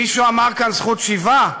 מישהו אמר כאן "זכות השיבה"?